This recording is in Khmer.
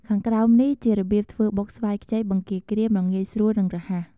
ខាងក្រោមនេះ ជារបៀបធ្វើបុកស្វាយខ្ចីបង្គាក្រៀមដ៏ងាយស្រួល និងរហ័ស។